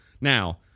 Now